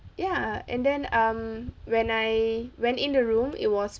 ya and then um when I went in the room it was